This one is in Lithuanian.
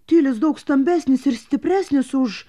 tilis daug stambesnis ir stipresnis už